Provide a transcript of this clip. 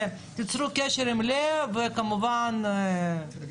תצרו קשר עם לאה מנהל הוועדה, וכמובן תבואו.